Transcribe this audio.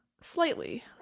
slightly